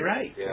Right